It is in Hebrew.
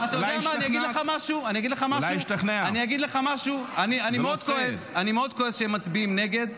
אני אגיד לך משהו: אני מאוד כועס שהם מצביעים נגד.